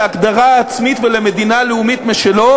להגדרה עצמית ולמדינה לאומית משלו,